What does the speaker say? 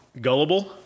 Gullible